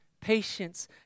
patience